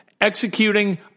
executing